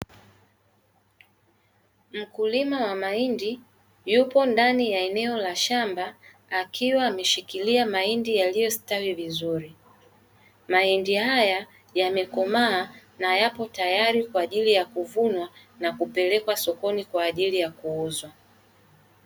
Mkulima wa mahindi yupo ndani ya eneo la shamba, akiwa ameshikilia mahindi yaliyostawi vizuri. Mahindi haya yamekomaa na yapo tayari kwa ajili ya kuvuna na kupelekwa sokoni kwa ajili ya kuuzwa.